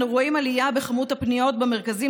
אנו רואים עלייה במספר הפניות למרכזים